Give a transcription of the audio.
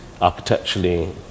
architecturally